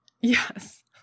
Yes